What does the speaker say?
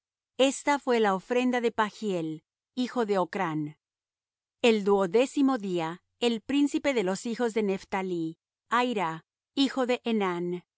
esta fué la ofrenda de pagiel hijo de ocrán el duodécimo día el príncipe de los hijos de nephtalí ahira hijo de enán